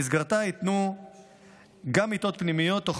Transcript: במסגרתה ייתנו גם מיטות פנימיות תוך